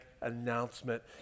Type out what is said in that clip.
announcement